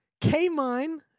K-Mine